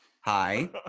hi